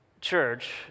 church